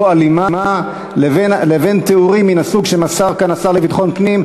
אלימה לבין תיאורים מן הסוג שמסר כאן השר לביטחון פנים,